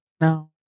no